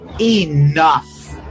enough